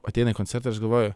ateina į koncertą aš galvoju